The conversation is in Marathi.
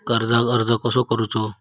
कर्जाक अर्ज कसो करूचो?